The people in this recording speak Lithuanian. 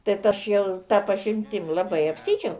tad aš jau ta pažintim labai apsidžiaugiau